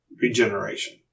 regeneration